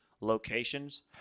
locations